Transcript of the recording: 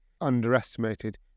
underestimated